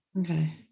Okay